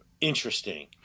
interesting